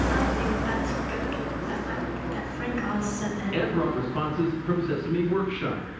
i think that's good that frank oz said that. and brought responses from sesame workshop.